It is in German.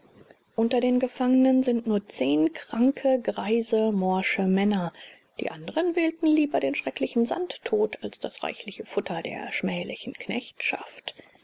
unter den gefangenen sind nur zehn kranke greise morsche männer die andren wählten lieber den schrecklichen sandtod als das reichliche futter der schmählichen knechtschaft